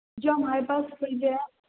جو ہمارے پاس فریج ہے